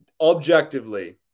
Objectively